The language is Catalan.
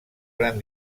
gran